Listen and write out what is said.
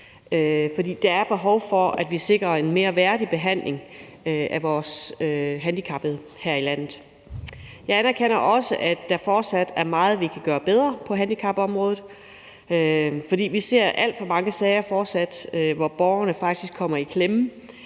for der er behov for, at vi sikrer en mere værdig behandling af vores handicappede her i landet. Jeg anerkender også, at der fortsat er meget, vi kan gøre bedre på handicapområdet, for vi ser fortsat alt for mange sager, hvor borgerne faktisk kommer i klemme